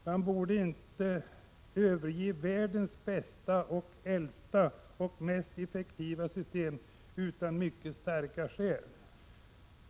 Man borde inte överge världens bästa och äldsta och mest effektiva system utan mycket starka skäl.